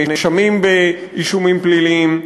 נאשמים באישומים פליליים,